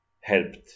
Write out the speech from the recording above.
helped